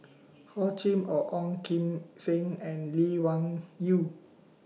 Hor Chim Or Ong Kim Seng and Lee Wung Yew